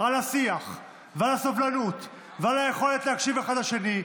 על השיח ועל הסובלנות ועל היכולת להקשיב אחד לשני,